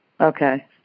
Okay